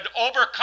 overcome